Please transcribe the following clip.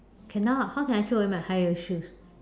cannot how can I throw away my high heel shoes